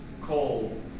coal